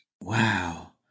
Wow